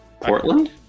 Portland